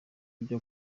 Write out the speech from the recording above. ibyo